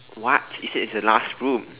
what is you said it's the last room